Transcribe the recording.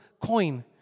coin